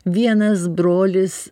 vienas brolis